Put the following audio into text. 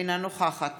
אינה נוכחת